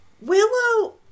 Willow